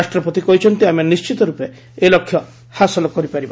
ରାଷ୍ଟ୍ରପତି କହିଛନ୍ତି ଆମେ ନିଶ୍ଚିତ ରୂପେ ଏହି ଲକ୍ଷ୍ୟ ହାସଲ କରିପାରିବା